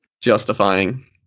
justifying